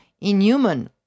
inhuman